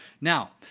Now